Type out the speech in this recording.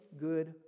good